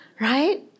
right